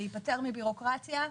להיפטר מבירוקרטיה,